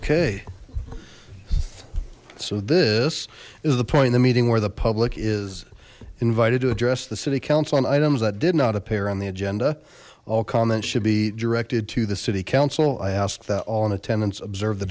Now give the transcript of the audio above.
okay so this is the point in the meeting where the public is invited to address the city council on items that did not appear on the agenda all comments should be directed to the city council i ask that all in attendance observe the